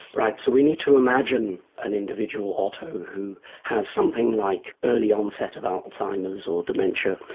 right, so we need to imagine an individual, otto, who has something like early onset of alzheimer's or dementia.